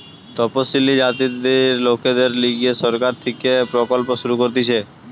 তপসিলি জাতির লোকদের লিগে সরকার থেকে প্রকল্প শুরু করতিছে